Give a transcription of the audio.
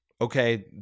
okay